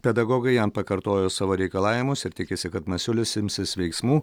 pedagogai jam pakartojo savo reikalavimus ir tikisi kad masiulis imsis veiksmų